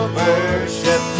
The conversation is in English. worship